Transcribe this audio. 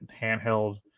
handheld